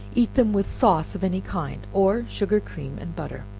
eat them with sauce of any kind, or sugar, cream and butter.